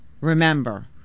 Remember